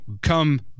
come